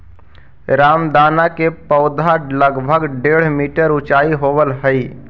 रामदाना के पौधा लगभग डेढ़ मीटर ऊंचा होवऽ हइ